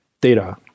data